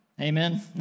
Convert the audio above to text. Amen